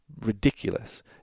ridiculous